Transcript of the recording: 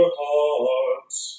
hearts